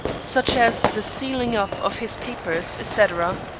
such as the sealing up of his papers, etc.